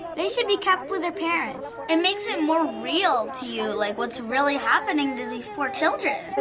they should be kept with their parents. it makes it more real to you, like what's really happening to these poor children.